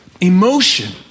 emotion